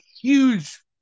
huge